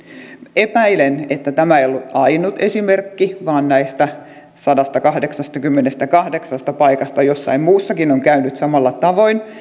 epäilen että tämä ei ollut ainut esimerkki vaan että näistä sadastakahdeksastakymmenestäkahdeksasta paikasta jossain muussakin on käynyt samalla tavoin